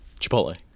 Chipotle